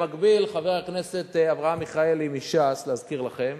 במקביל, חבר הכנסת אברהם מיכאלי מש"ס, להזכיר לכם,